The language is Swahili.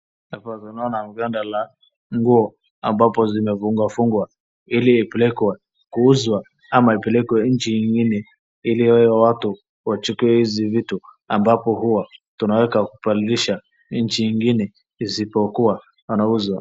Hapa naona ganda la nguo ambazo zimegungwafungwa hili ipelekwe kuuzwa ama ipelekwe nchi ingine hili hao watu wachukue hizi vitu ambapo huwa tunaweka kubadilisha nchi ingine isipokuwa zinauzwa.